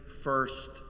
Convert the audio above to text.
first